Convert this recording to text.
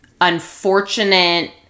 unfortunate